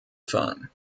fahren